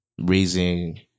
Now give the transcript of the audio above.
raising